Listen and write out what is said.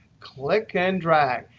click and drag.